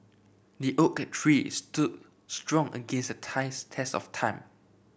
the oak tree stood strong against the test test of time